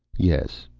yes.